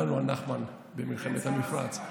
אנחנו גדלנו על נחמן במלחמת המפרץ.